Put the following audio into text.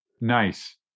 nice